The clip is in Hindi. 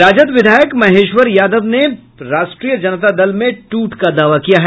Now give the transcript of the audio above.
राजद विधायक महेश्वर यादव ने राष्ट्रीय जनता दल में टूट का दावा किया है